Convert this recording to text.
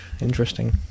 Interesting